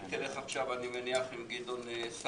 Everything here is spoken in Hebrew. היא תלך עכשיו אני מניח עם גדעון סער,